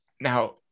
Now